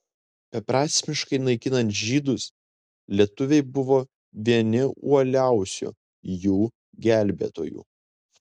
beprasmiškai naikinant žydus lietuviai buvo vieni uoliausių jų gelbėtojų